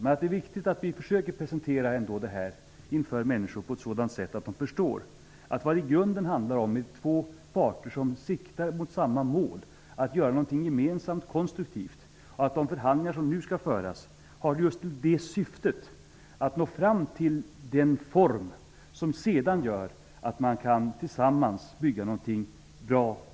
Men det är viktigt att presentera människor detta på ett sätt så att de förstår att vad det i grunden handlar om är att det är två parter som siktar mot samma mål, att göra någonting gemensamt konstruktivt och att de förhandlingar som nu skall föras just har syftet att nå fram till den form som sedan gör att man gemensamt kan bygga någonting bra.